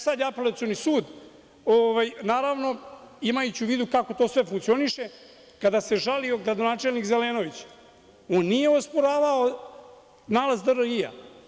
Sada je Apelacioni sud naravno, imajući u vidu kako to sve funkcioniše, kada se žalio gradonačelnik Zelenović, on nije osporavao nalaz DRI.